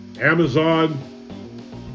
Amazon